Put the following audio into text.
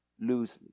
loosely